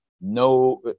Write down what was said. No